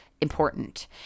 important